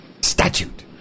Statute